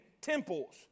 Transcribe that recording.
temples